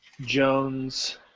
Jones